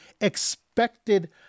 expected